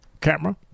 camera